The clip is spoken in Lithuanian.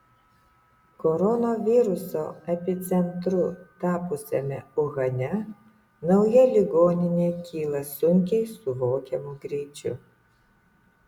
koronaviruso epicentru tapusiame uhane nauja ligoninė kyla sunkiai suvokiamu greičiu